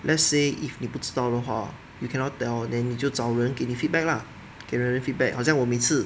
let's say if 你不知道的话 you cannot tell then 你就找人给你 feedback lah gather feedback 好像我每次